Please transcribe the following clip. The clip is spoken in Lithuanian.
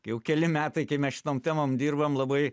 jau keli metai kai mes šitom temom dirbam labai